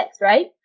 right